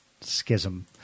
schism